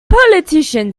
politician